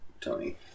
Tony